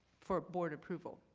for board approval.